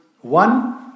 one